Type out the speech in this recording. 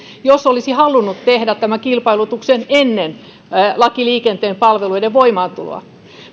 jos se olisi halunnut tehdä tämän kilpailutuksen ennen lain liikenteen palveluista voimaantuloa